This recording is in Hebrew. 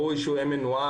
ראוי שהוא יהיה מנוהל.